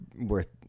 worth